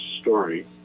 story